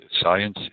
science